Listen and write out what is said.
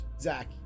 zach